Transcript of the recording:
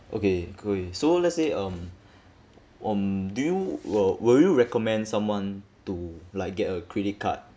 okay K so let's say um um do you will will you recommend someone to like get a credit card